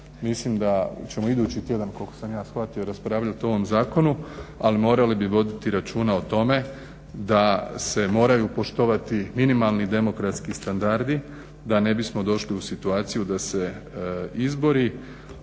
Mislim da ćemo idući tjedan koliko sam ja shvatio raspravljati o ovom zakonu ali morali bi voditi računa o tome da se moraju poštovati minimalni demokratski standardi da ne bismo došli u situaciju da se izbori